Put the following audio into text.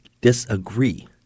disagree